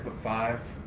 five,